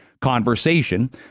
conversation